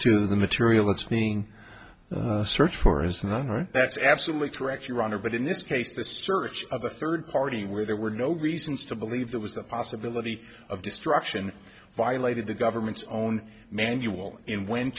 to the material that's being searched for is not right that's absolutely correct your honor but in this case the search of a third party where there were no reasons to believe there was a possibility of destruction violated the government's own manual and when